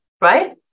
right